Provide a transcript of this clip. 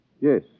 Yes